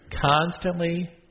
constantly